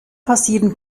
passieren